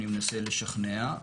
אני מנסה לשכנע,